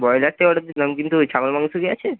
ব্রয়লারটাই order দিয়েছিলাম কিন্তু ওই ছাগলের মাংস কি আছে